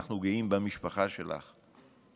אנחנו גאים במשפחה שלך.